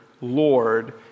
Lord